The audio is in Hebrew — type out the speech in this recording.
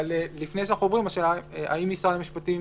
לפני שאנחנו ממשיכים, השאלה היא אם משרד המשפטים